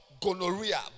gonorrhea